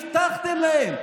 שהבטחתם להם,